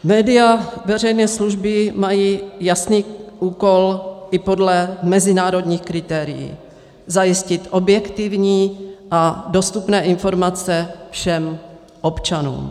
Média veřejné služby mají jasný úkol i podle mezinárodních kritérií zajistit objektivní a dostupné informace všem občanům.